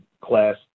class